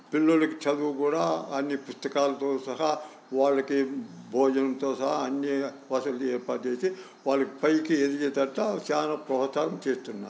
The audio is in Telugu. పిల్లలకి చదువుకి కూడా అన్నీ పుస్తకాలతో సహా వాళ్ళకి భోజనంతో సహా అన్నీ వసతులు ఏర్పాటు చేసి వాళ్ళు పైకి ఏదగేటట్టు చాలా ప్రోత్సాహం చేస్తున్నారు